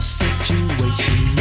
situation